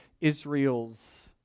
Israel's